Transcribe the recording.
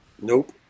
Nope